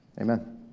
amen